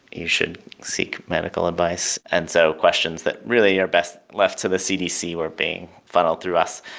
you should seek medical advice. and so questions that really are best left to the cdc were being funneled through us,